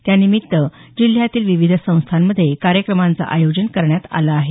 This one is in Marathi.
त्यानिमित्त जिल्ह्यातील विविध संस्थांमध्ये कार्यक्रमांचं आयोजन करण्यात आलं आहे